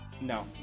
no